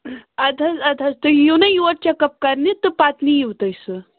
اَدٕ حظ اَدٕ حظ تُہۍ یِیُو نا یور چَکاَپ کرنہِ تہٕ پتہٕ نِیُو تُہۍ سُہ